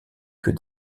que